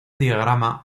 diagrama